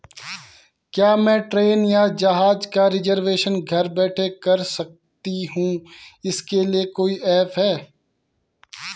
क्या मैं ट्रेन या जहाज़ का रिजर्वेशन घर बैठे कर सकती हूँ इसके लिए कोई ऐप है?